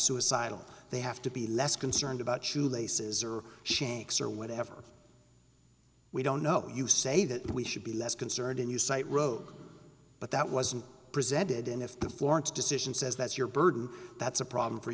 suicidal they have to be less concerned about shoe laces or shanks or whatever we don't know you say that we should be less concerned and you cite road but that wasn't presented in if the florence decision says that's your burden that's a problem for